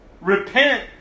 Repent